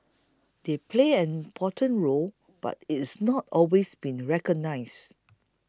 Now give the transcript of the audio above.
they played an important role but it's not always been recognised